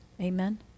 Amen